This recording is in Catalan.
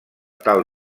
tal